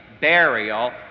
burial